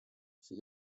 für